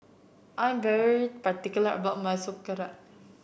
I'm very particular about my Sauerkraut